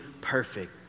perfect